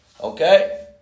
Okay